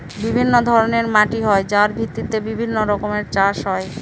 বিভিন্ন ধরনের মাটি হয় যার ভিত্তিতে বিভিন্ন রকমের চাষ হয়